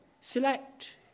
select